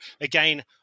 again